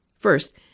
First